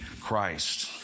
Christ